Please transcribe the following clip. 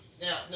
Now